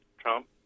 Trump